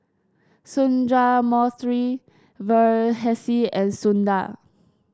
Sundramoorthy Verghese and Sundar